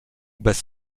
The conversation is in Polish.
bez